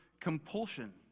compulsion